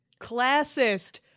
Classist